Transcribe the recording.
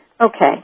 Okay